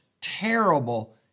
terrible